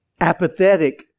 apathetic